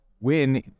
win